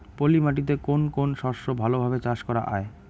পলি মাটিতে কোন কোন শস্য ভালোভাবে চাষ করা য়ায়?